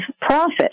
profit